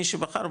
מי שבחר,